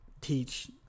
teach